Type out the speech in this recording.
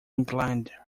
inclined